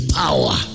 power